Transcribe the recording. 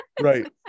Right